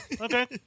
Okay